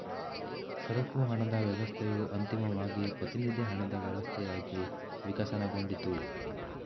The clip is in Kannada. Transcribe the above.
ಸರಕು ಹಣದ ವ್ಯವಸ್ಥೆಯು ಅಂತಿಮವಾಗಿ ಪ್ರತಿನಿಧಿ ಹಣದ ವ್ಯವಸ್ಥೆಯಾಗಿ ವಿಕಸನಗೊಂಡಿತು